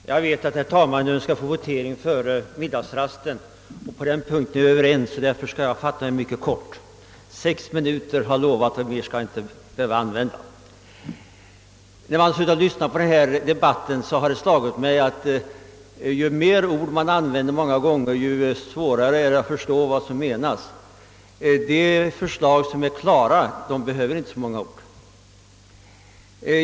Herr talman! Jag vet att herr talmannen önskar få votering före middags rasten. Därom är vi överens, och jag skall därför fatta mig mycket kort. Jag har lovat att ta sex minuter i anspråk och längre tid behöver jag inte. När jag lyssnat till denna debatt har jag slagits av att det ofta blir svårare att förstå vad som menas ju fler ord man använder. Klart genomtänkta förslag kräver inte så många ord.